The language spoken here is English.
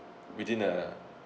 within a